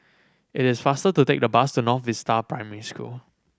it is faster to take the bus to North Vista Primary School